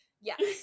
Yes